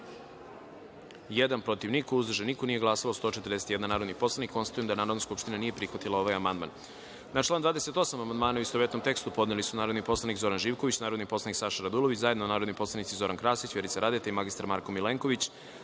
protiv – niko, uzdržanih – niko, nije glasalo 141 narodni poslanik. Konstatujem da Narodna skupština nije prihvatila ovaj amandman. Na član 7. amandmane, u istovetnom tekstu, podneli su narodni poslanik Zoran Živković, narodni poslanik Saša Radulović, zajedno narodni poslanici Zoran Krasić, Vjerica Radeta i Petar Jojić,